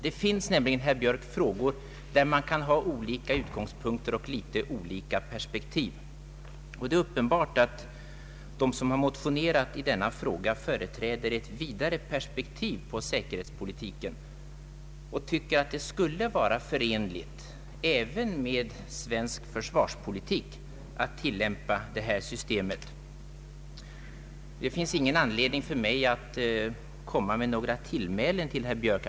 Det finns nämligen, herr Björk, frågor beträffande vilka man kan ha olika utgångspunkter och litet olika perspektiv. Det är uppenbart att de som har motionerat i denna fråga företräder ett vidare perspektiv på säkerhetspolitiken och tycker att det skulle vara förenligt även med svensk försvarspolitik att tillämpa detta system. Det finns ingen anledning för mig att använda några tillmälen mot herr Björk.